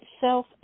self